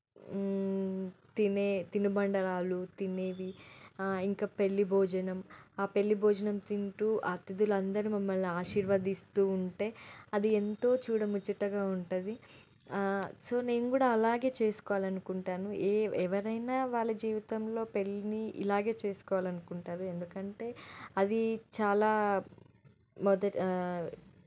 తినే తినుబండారాలు తినేవి ఇంకా పెళ్ళి భోజనం ఆ పెళ్ళి భోజనం తింటూ అతిథులు అందరు మమ్మల్ని ఆశీర్వదిస్తూ ఉంటే అది ఎంతో చూడముచ్చటగా ఉంటుంది సో నేను కూడా అలాగే చేసుకోవాలనుకుంటాను ఏ ఎవరైనా వాళ్ళ జీవితంలో పెళ్ళి ఇలాగే చేసుకోవాలనుకుంటారు ఎందుకంటే అది చాలా మొదట